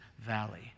valley